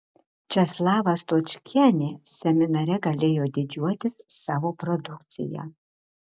česlava stočkienė seminare galėjo didžiuotis savo produkcija